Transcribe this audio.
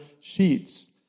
sheets